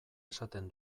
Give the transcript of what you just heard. esaten